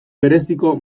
bereziko